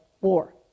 war